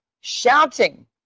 shouting